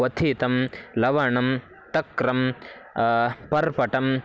क्वथितं लवणं तक्रं पर्पटम्